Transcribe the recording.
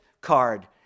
card